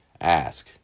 Ask